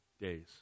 days